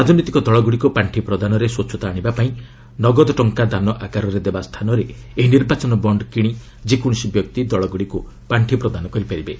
ରାଜନୈତିକ ଦଳଗୁଡ଼ିକୁ ପାଣ୍ଡି ପ୍ରଦାନରେ ସ୍ୱଚ୍ଛତା ଆଣିବାପାଇଁ ନଗଦ ଟଙ୍କା ଦାନ ଆକାରରେ ଦେବା ସ୍ଥାନରେ ଏହି ନିର୍ବାଚନ ବଣ୍ଣ୍ କିଣି ଯେକୌଣସି ବ୍ୟକ୍ତି ଦଳଗୁଡ଼ିକୁ ପାର୍ଷି ପ୍ରଦାନ କରିପାରିବେ